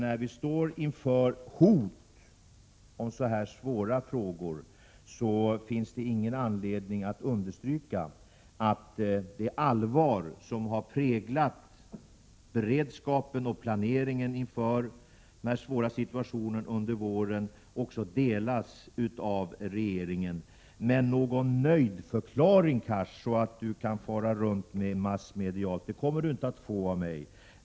När vi står inför hot av detta slag tycker jag inte att det finns någon anledning att understryka att det allvar som har präglat beredskapen och planeringen inför den svåra situationen under våren också delas av regeringen. Någon förklaring att jag är nöjd med förberedelserna, som Hadar Cars kan fara runt med i massmedierna, kommer han inte att få av mig.